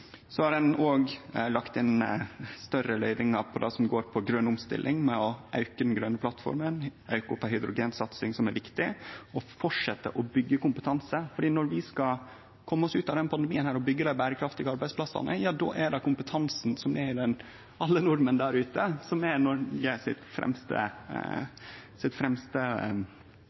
og det er riktig. Ein har òg lagt inn større løyvingar på det som går på grøn omstilling, med å auke den grøne plattforma, auke opp ei viktig hydrogensatsing og fortsetje å byggje kompetanse. Når vi skal kome oss ut av den pandemien her og byggje dei berekraftige arbeidsplassane, er det kompetansen som er i alle nordmenn der ute, som er Noreg sitt fremste